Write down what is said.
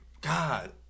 God